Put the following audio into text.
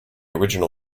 original